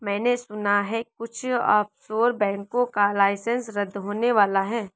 मैने सुना है कुछ ऑफशोर बैंकों का लाइसेंस रद्द होने वाला है